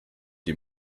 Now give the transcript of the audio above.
die